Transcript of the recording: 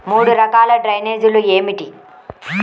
మూడు రకాల డ్రైనేజీలు ఏమిటి?